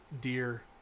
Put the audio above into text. deer